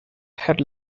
had